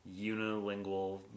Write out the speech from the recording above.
unilingual